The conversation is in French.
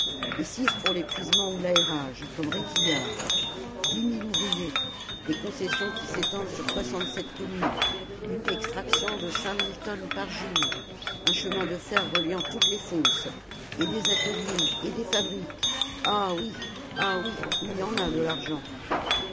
et six pour l'épuisement ou l'aérage comme réquillart dix mille ouvriers des concessions qui s'étendent sur soixante-sept communes une extraction de cinq mille tonnes par jour un chemin de fer reliant toutes les fosses et des ateliers et des fabriques ah oui ah oui il y en a de l'argent